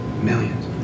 Millions